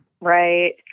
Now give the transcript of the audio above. Right